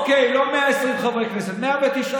אוקיי, לא 120 חברי כנסת, 119